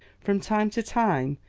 from time to time,